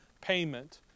payment